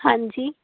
ਹਾਂਜੀ